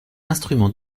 instrument